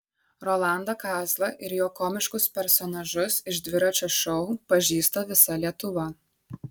rolandą kazlą ir jo komiškus personažus iš dviračio šou pažįsta visa lietuva